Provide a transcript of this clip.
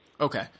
Okay